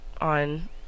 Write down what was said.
on